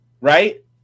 right